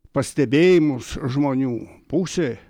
pastebėjimus žmonių pusė